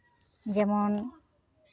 ᱡᱮᱢᱚᱱ